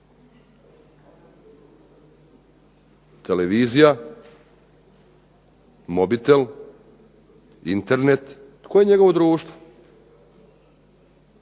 Televizija, mobitel, internet. Tko je njegovo društvo?